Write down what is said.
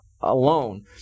alone